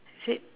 is it